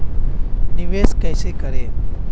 निवेश कैसे करें?